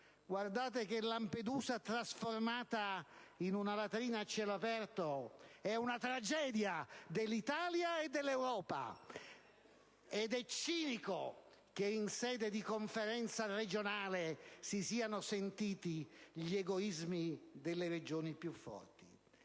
Guardate che Lampedusa trasformata in una latrina a cielo aperto è una tragedia dell'Italia e dell'Europa, ed è cinico che in sede di Conferenza Stato-Regioni si siano sentiti gli egoismi delle Regioni più forti.